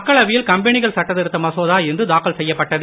மக்களவையில் கம்பெனிகள் சட்ட திருத்த மசோதா இன்று தாக்கல் செய்யப்பட்டது